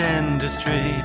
industry